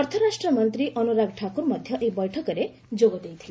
ଅର୍ଥରାଷ୍ଟ୍ରମନ୍ତ୍ରୀ ଅନୁରାଗ ଠାକୁର ମଧ୍ୟ ଏହି ବୈଠକରେ ଯୋଗ ଦେଇଥିଲେ